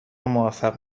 موفق